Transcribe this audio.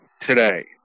today